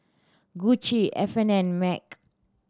Gucci F N and MAG